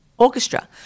Orchestra